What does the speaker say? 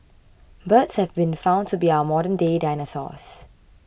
birds have been found to be our modernday dinosaurs